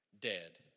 dead